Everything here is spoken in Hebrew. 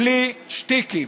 בלי שטיקים,